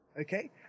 Okay